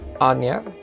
Anya